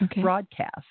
broadcast